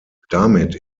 damit